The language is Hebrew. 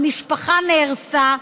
המשפחה נהרסה.